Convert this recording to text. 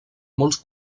molts